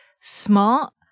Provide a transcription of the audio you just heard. smart